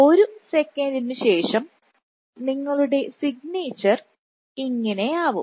ഒരു സെക്കൻഡിന് ശേഷം നിങ്ങളുടെ സിഗ്നേച്ചർ ഇങ്ങിനെയാവും